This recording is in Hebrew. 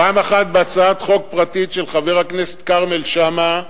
פעם אחת בהצעת חוק פרטית של חבר הכנסת כרמל שאמה,